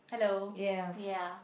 hello ya